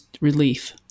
relief